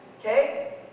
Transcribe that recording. okay